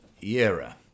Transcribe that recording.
era